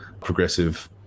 progressive